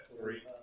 Three